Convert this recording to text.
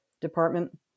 department